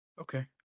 okay